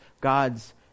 God's